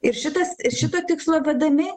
ir šitas ir šito tikslo vedami